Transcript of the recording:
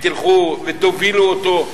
ותובילו אותו,